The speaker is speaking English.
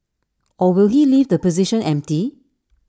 or will he leave the position empty